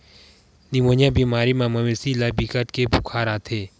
pneumonia बेमारी म मवेशी ल बिकट के बुखार आथे